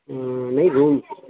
نہیں روم